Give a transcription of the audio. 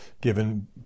given